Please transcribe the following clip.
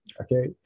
Okay